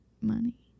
money